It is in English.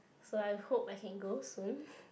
so I hope I can go soon